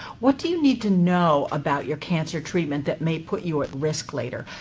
what do you need to know about your cancer treatment that may put you at risk later?